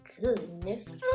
goodness